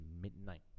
midnight